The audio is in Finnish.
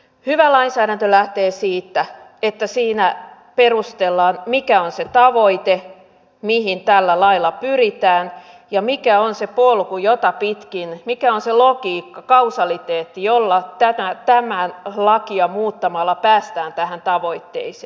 hyvä lainsäädäntö lähtee siitä että siinä perustellaan mikä on se tavoite mihin tällä lailla pyritään ja mikä on se polku jota pitkin edetään mikä on se logiikka kausaliteetti jolla tätä lakia muuttamalla päästään tähän tavoitteeseen